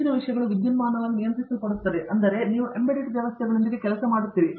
ಹೆಚ್ಚಿನ ವಿಷಯಗಳು ವಿದ್ಯುನ್ಮಾನವಾಗಿ ನಿಯಂತ್ರಿಸಲ್ಪಡುತ್ತವೆ ಅಂದರೆ ನೀವು ಎಂಬೆಡೆಡ್ ವ್ಯವಸ್ಥೆಗಳೊಂದಿಗೆ ಕೆಲಸ ಮಾಡುತ್ತಿದ್ದೀರಿ